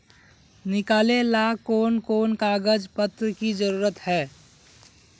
निकाले ला कोन कोन कागज पत्र की जरूरत है?